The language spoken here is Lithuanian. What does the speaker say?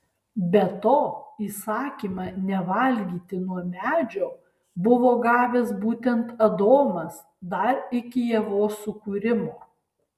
be to įsakymą nevalgyti nuo medžio buvo gavęs būtent adomas dar iki ievos sukūrimo